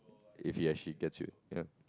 if he or she gets you ya